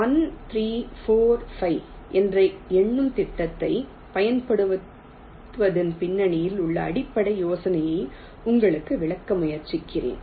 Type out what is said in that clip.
1 3 4 5 என்ற எண்ணும் திட்டத்தைப் பயன்படுத்துவதன் பின்னணியில் உள்ள அடிப்படை யோசனையை உங்களுக்கு விளக்க முயற்சிக்கிறேன்